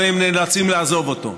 אבל הם נאלצים לעזוב אותו.